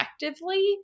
effectively